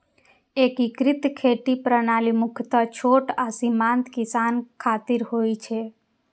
एकीकृत खेती प्रणाली मुख्यतः छोट आ सीमांत किसान खातिर होइ छै